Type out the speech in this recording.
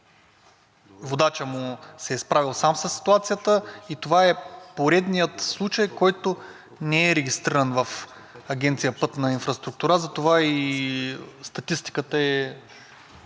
водачът му се е справил сам със ситуацията и това е поредният случай, който не е регистриран в Агенция „Пътна инфраструктура“, затова и статистиката е